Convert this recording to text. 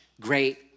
great